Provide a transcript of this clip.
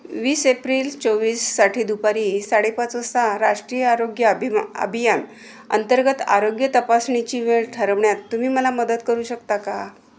वीस एप्रिल चोवीससाठी दुपारी साडेपाच वाजता राष्ट्रीय आरोग्य अभिमा अभियान अंतर्गत आरोग्य तपासणीची वेळ ठरवण्यात तुम्ही मला मदत करू शकता का